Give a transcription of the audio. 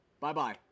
Bye-bye